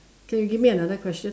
can you give me another question